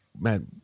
man